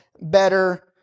better